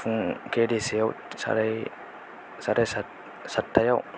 फुं के डि इस ए आव साराय सारायसाथथायाव